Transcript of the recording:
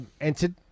entered